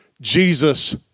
Jesus